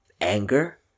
Anger